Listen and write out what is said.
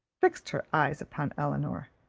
fixed her eyes upon elinor,